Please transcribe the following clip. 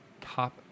Top